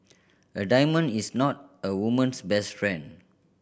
a diamond is not a woman's best friend